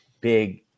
big